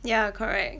ya correct